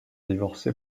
divorcé